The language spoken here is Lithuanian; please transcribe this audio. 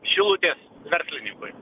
šilutės verslininkui